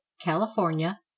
california